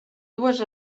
dues